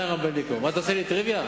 מה, אתה עושה לי טריוויה?